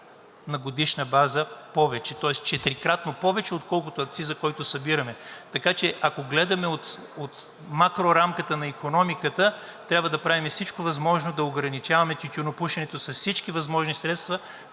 на годишна база повече, тоест четирикратно повече, отколкото акциза, който събираме, така че ако гледаме от макрорамката на икономиката, трябва да правим всичко възможно да ограничаваме тютюнопушенето с всички възможни средства,